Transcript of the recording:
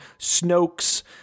snoke's